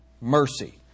mercy